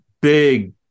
big